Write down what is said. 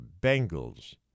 Bengals